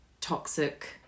toxic